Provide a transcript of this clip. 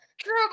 true